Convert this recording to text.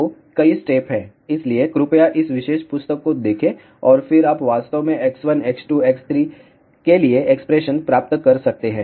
तो कई स्टेप हैं इसलिए कृपया इस विशेष पुस्तक को देखें और फिर आप वास्तव में X1 X2 X3 के लिए एक्सप्रेशन प्राप्त कर सकते हैं